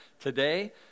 today